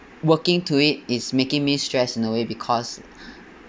working to it is making me stressed in a way because